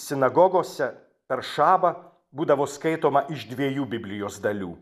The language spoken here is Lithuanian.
sinagogose per šabą būdavo skaitoma iš dviejų biblijos dalių